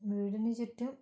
വീടിനു ചുറ്റും